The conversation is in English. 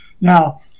Now